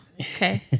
Okay